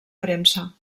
premsa